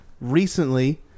recently